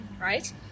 right